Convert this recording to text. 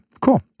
Cool